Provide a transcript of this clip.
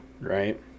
right